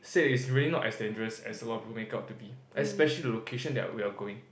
say it's really not as dangerous as a lot of people make out to be especially the location that we are going